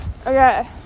okay